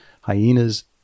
hyenas